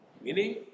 Meaning